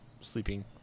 sleeping